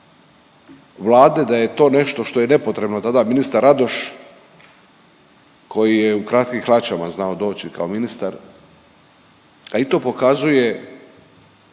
da je to nešto što je nepotrebno, tada ministar Radoš koji je u kratkim hlačama znao doći kao ministar, a i to pokazuje